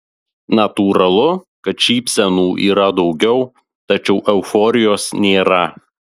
natūralu kad šypsenų yra daugiau tačiau euforijos nėra